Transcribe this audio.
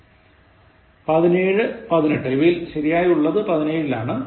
17 18 ഇവയിൽ ശരിയായതുള്ളത് 17 ലാണ്